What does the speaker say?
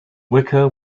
wicker